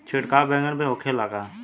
छिड़काव बैगन में होखे ला का?